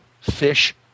fish